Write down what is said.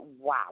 Wow